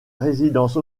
résidence